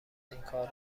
اینکار